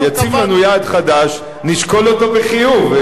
יציב לנו יעד חדש, נשקול אותו בחיוב.